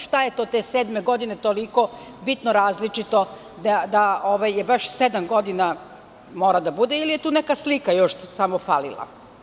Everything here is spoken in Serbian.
Šta je to te sedme godine toliko bitno različito da baš sedam godina mora da bude ili je tu još neka slika samo falila?